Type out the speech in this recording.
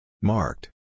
Marked